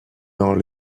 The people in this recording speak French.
dans